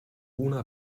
una